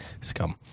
Scum